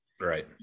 Right